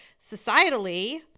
societally